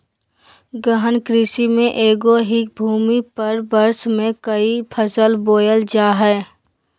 गहन कृषि में एगो ही भूमि पर वर्ष में क़ई फसल बोयल जा हइ